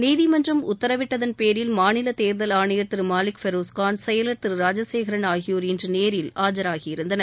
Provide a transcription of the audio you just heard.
நீதிமன்றம் உத்தரவிட்டதள் பேரில் மாநில தேர்தல் ஆணையர் திரு மாலிக் பெரோஸ்கான் செயலர் திரு ராஜசேகரன் ஆகியோர் இன்று நேரில் ஆஜராகியிருந்தனர்